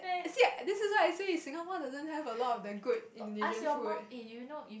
see that is what I say Singapore doesn't have a lot of the good Indonesian food